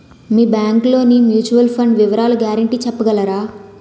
మీ bank లోని mutual fund వివరాల guarantee చెప్పగలరా?